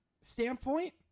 standpoint